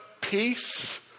peace